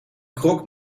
croque